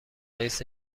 رئیس